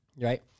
Right